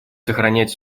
сохранять